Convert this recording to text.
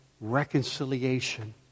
reconciliation